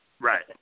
right